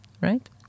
right